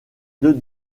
deux